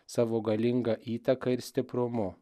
savo galinga įtaka ir stiprumu